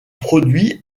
produit